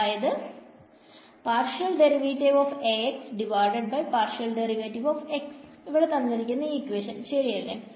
അതായത് ശെരിയല്ലേ